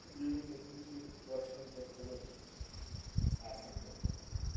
বিভিন্ন কিছু দর্শন করতে করতে আসাম পৌঁছে